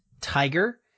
tiger